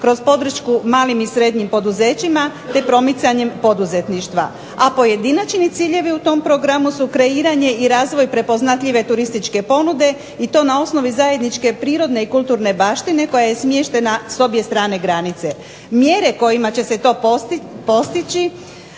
kroz podršku malim i srednjim poduzetnicima te promicanjem poduzetništva, a pojedinačni ciljevi u tom programu su kreiranje i razvoj prepoznatljive turističke ponude i to na osnovi zajedničke prirodne i kulturne baštine koja je smještena s obje strane granice. Mjere kojima će se to postići